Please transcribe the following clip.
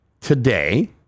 today